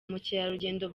mukerarugendo